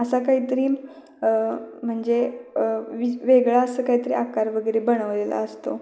असा काहीतरी म्हणजे वेगळा असं काहीतरी आकार वगैरे बनवलेला असतो